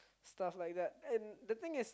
stuff like that and the thing is